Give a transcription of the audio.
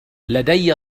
لدي